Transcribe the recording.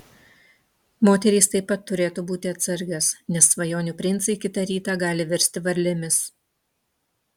moterys taip pat turėtų būti atsargios nes svajonių princai kitą rytą gali virsti varlėmis